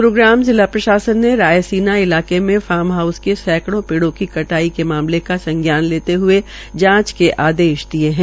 ग्रूग्राम जिला प्रशासन ने रायसीना इलाके में फार्म हाउस के सैकड़ो पेड़ो की कटाई के मामले का संज्ञान लेते हए जांच के आदेश दिये है